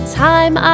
time